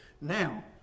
Now